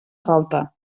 falta